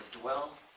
dwell